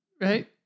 right